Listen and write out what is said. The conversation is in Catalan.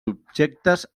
objectes